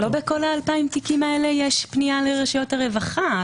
לא בכל ה-2,000 תיקים האלה יש פניה לרשויות הרווחה.